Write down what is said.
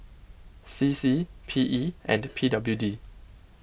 C C P E and P W D